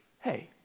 hey